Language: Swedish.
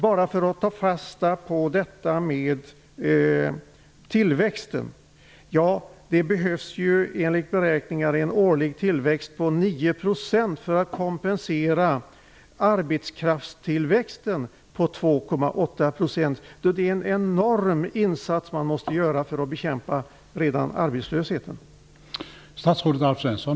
Enligt beräkningar behövs en årlig tillväxt på 9 % Det krävs en enorm insats bara för att bekämpa arbetslösheten.